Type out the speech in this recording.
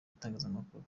itangazamakuru